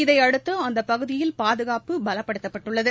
இதையடுத்து அந்த பகுதியில் பாதுகாப்பு பலப்படத்தப்பட்டுள்ளது